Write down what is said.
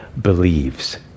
believes